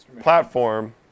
platform